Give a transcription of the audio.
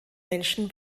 menschen